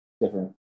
different